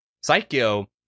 Psycho